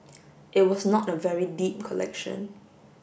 it was not a very deep collection